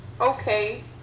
Okay